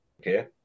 Okay